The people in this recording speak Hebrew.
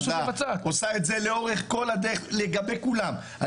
הוועדה עושה את זה לאורך כל הדרך לגבי כולם.